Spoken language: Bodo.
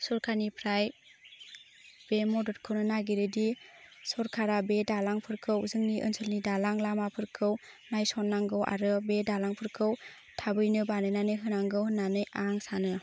सरकारनिफ्राय बे मददखौनो नागिरोदि सरकारा बे दालांफोरखौ जोंनि ओनसोलनि दालां लामाफोरखौ नायसननांगौ आरो बे दालांफोरखौ थाबैनो बानायनानै होनांगौ होन्नानै आं सानो